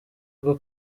bwo